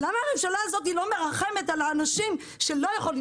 למה הממשלה הזאת לא מרחמת על האנשים שלא יכולים?